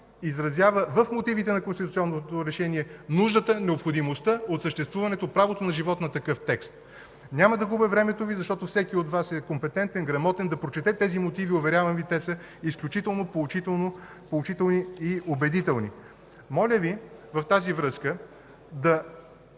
изразява в мотивите на конституционното решение нуждата, необходимостта от съществуването правото на живот на такъв текст. Няма да губя времето Ви, защото всеки от Вас е компетентен, грамотен да прочете тези мотиви. Уверявам Ви, те са изключително поучителни и убедителни. Моля Ви в тази връзка да